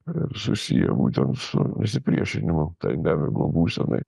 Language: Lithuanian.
ir susiję būtent su pasipriešinimu tai nemiego būsenai